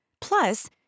Plus